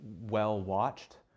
well-watched